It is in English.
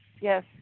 yes